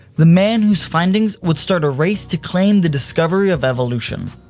the man whose findings would start a race to claim the discovery of evolution.